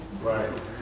right